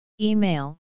Email